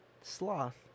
sloth